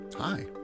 Hi